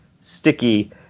sticky